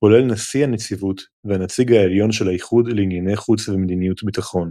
כולל נשיא הנציבות והנציג העליון של האיחוד לענייני חוץ ומדיניות ביטחון